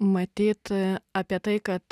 matyt apie tai kad